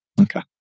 Okay